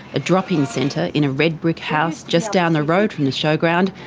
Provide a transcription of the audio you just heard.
a drop-in centre in a red-brick house just down the road from the showground,